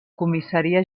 comissaria